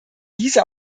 diese